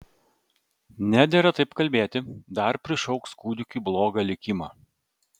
nedera taip kalbėti dar prišauks kūdikiui blogą likimą